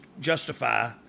justify